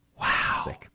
Wow